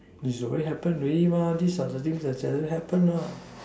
is already happen already mah these are the things that doesn't happen lah